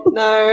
no